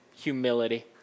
Humility